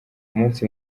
umunsi